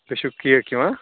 بیٚیہِ چھُو کیک یِوان